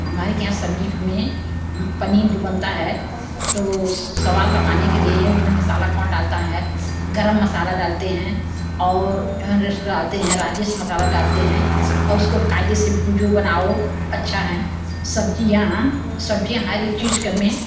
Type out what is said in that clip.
हमारे क्या है सब्ज़ी में पनीर जो बनता है तो स्वाद बढ़ाने के लिए उन में मसाला कौन डलता है गर्म मसाला डालते हैं और एरेस्ट डालते हैं राजेश मसाला डालते हैं और उसको कायदे से भुजो बनाओ अच्छा है सब्ज़ियाँ सब्ज़ियाँ हर एक चीज़ में